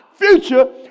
future